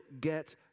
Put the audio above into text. get